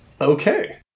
Okay